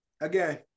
again